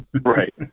Right